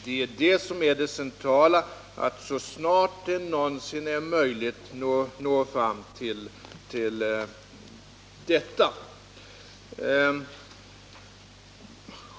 Det är det som är det centrala — att så snart det någonsin är möjligt nå fram till detta mål.